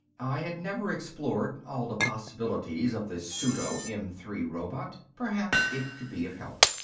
i had never explored all the possibilities of the pseudo m three robot, perhaps it could be of help.